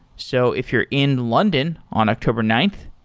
so if you're in london on october ninth,